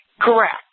Correct